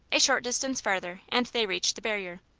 a short distance farther and they reached the barrier.